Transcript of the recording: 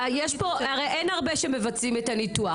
אין הרבה שמבצעים את הניתוח.